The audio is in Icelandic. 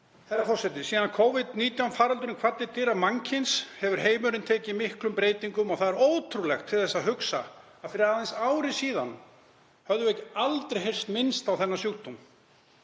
Herra forseti. Síðan Covid-19 faraldurinn kvaddi dyra mannkyns hefur heimurinn tekið miklum breytingum og er ótrúlegt til þess að hugsa að fyrir aðeins ári höfðum við aldrei heyrt minnst á þennan sjúkdóm.